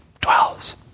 dwells